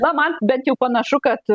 na man bent jau panašu kad